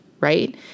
Right